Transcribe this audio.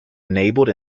enabled